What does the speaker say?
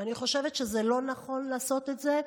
ואני חושבת שזה לא נכון לעשות את זה.